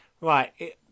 Right